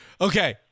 Okay